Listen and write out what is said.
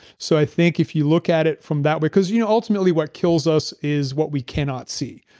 so i think if you look at it from that, because you know ultimately what kills us is what we cannot see,